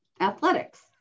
athletics